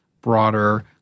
broader